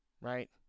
right